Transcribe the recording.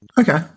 Okay